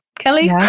Kelly